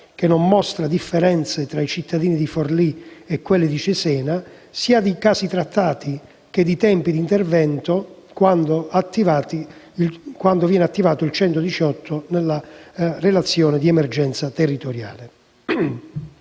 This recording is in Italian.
(che non mostra differenze fra i cittadini di Forlì e quelli di Cesena), sia di casi trattati, che di tempi d'intervento quando attivato il 118 nella relazione di emergenza territoriale.